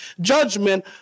judgment